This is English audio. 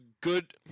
good